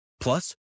Plus